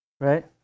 right